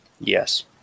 yes